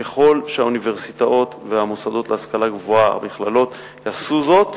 וככל שהאוניברסיטאות והמוסדות להשכלה גבוהה או המכללות יעשו זאת,